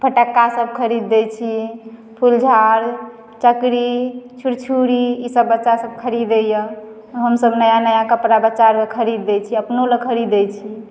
फटक्कासभ खरीद दैत छी फुलझाड़ चकरी छुरछुरी ई सभ बच्चासभ खरीदैए हमसभ नया नया कपड़ा बच्चाके खरीद दैत छी अपनो लेल खरीदैत छी